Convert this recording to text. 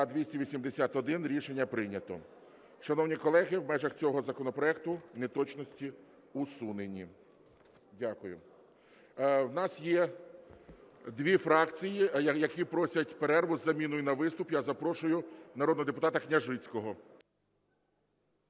За-281 Рішення прийнято. Шановні колеги, у межах цього законопроекту неточності усунені. Дякую. У нас є дві фракції, які просять перерву з заміною на виступ. Я запрошую народного депутата Княжицького.